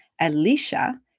Alicia